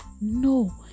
No